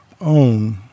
own